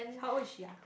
how old is she ah